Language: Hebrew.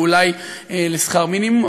או אולי לשכר המינימום,